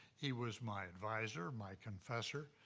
he was my advisor, my confessor,